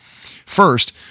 first